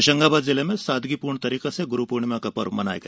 होशंगाबाद जिले में सादगी पूर्ण तरीके से गुरू पूर्णिमा का पर्व मनाया गया